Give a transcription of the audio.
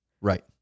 Right